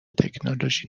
تکنولوژی